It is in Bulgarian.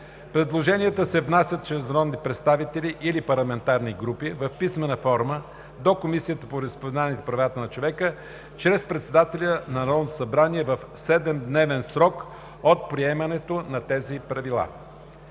Предложенията се внасят чрез народни представители или парламентарни групи в писмена форма до Комисията по вероизповеданията и правата на човека чрез председателя на Народното събрание в 7-дневен срок от приемането на тези правила.